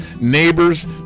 Neighbors